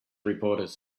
reporters